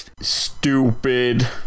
Stupid